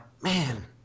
man